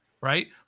right